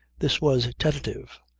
this was tentative,